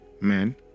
men